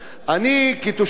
כתושב אום-אל-פחם,